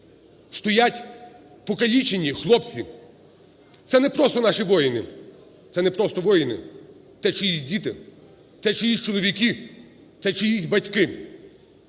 стоять покалічені хлопці, це не просто наші воїни, це не просто воїни – це чиїсь діти, чи чиїсь чоловіки, це чиїсь батьки.